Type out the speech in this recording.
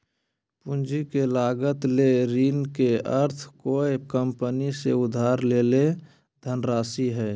पूंजी के लागत ले ऋण के अर्थ कोय कंपनी से उधार लेल धनराशि हइ